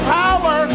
power